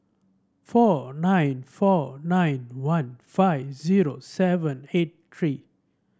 four nine four nine one five zero seven eight three